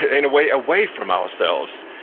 ah in a way, away from ourselves.